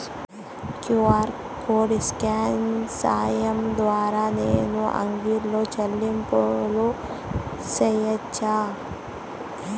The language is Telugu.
క్యు.ఆర్ కోడ్ స్కాన్ సేయడం ద్వారా నేను అంగడి లో చెల్లింపులు సేయొచ్చా?